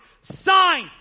sign